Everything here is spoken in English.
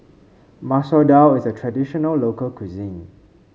Masoor Dal is a traditional local cuisine